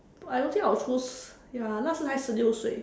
I don't think our schools ya just nice 十六岁